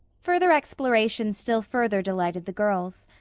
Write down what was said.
further exploration still further delighted the girls.